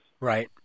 Right